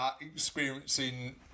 experiencing